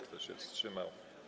Kto się wstrzymał?